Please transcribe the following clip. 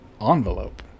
envelope